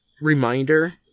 reminder